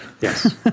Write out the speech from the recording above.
Yes